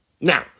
Now